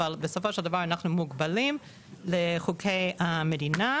אבל בסופו של דבר אנחנו מוגבלים לחוקי המדינה.